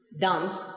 dance